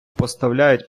поставляють